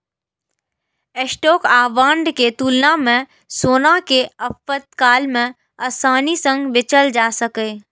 stock आ bond के तुलना मे सोना कें आपातकाल मे आसानी सं बेचल जा सकैए